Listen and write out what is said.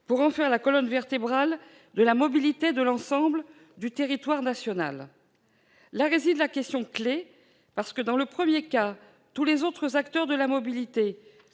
pour en faire la colonne vertébrale de la mobilité sur l'ensemble du territoire national. Là réside la question clef, parce que, dans la première hypothèse, tous les autres acteurs de la mobilité-